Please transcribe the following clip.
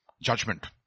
judgment